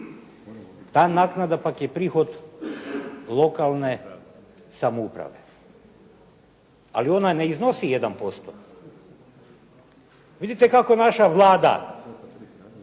ta naknada pak je prihod lokalne samouprave, ali ona ne iznosi 1%. Vidite kako naša Vlada,